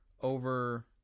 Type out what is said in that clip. over